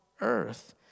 earth